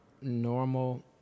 normal